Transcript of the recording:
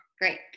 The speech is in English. Great